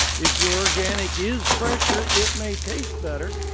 if your organic is fresher, it may taste better.